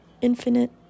infinite